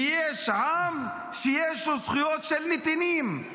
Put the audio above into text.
ויש עם שיש לו זכויות של נתינים.